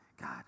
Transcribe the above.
God